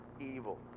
evil